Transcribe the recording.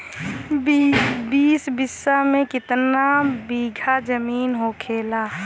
बीस बिस्सा में कितना बिघा जमीन होखेला?